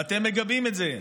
ואתם מגבים את זה,